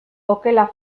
okela